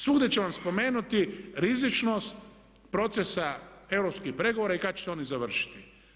Svugdje će vam spomenuti rizičnost procesa europskih pregovora i kad će se oni završiti.